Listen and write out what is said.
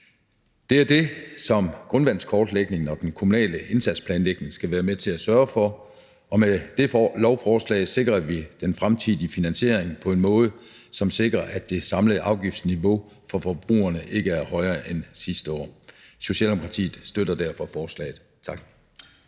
Det er det, som grundvandskortlægningen og den kommunale indsatsplanlægning skal være med til at sørge for, og med dette lovforslag sikrer vi den fremtidige finansiering på en måde, som sikrer, at det samlede afgiftsniveau for forbrugerne ikke bliver højere end sidste år. Socialdemokratiet støtter derfor forslaget. Tak.